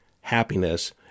happiness